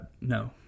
no